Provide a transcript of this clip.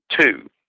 two